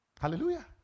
Hallelujah